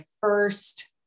first